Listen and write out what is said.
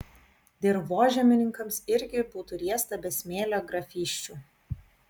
dirvožemininkams irgi būtų riesta be smėlio grafysčių